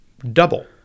double